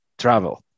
travel